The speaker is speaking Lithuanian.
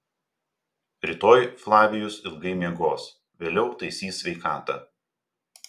rytoj flavijus ilgai miegos vėliau taisys sveikatą